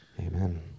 Amen